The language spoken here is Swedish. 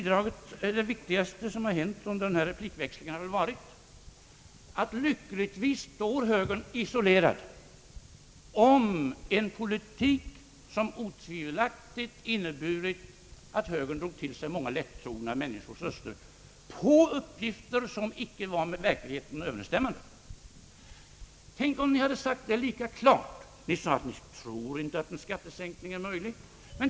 Det viktigaste som hänt under den här replikväxlingen är väl att det blivit klart att högern lyckligtvis står isolerad om en politik som otvivelaktigt inneburit att högern drog till sig många lättrogna människors röster på uppgifter som icke var med verkligheten överensstämmande. Tänk, om ni hade uttalat er lika klart då. Ni sade bara: Vi tror inte att en skattesänkning är möjlig.